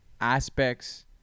aspects